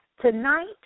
Tonight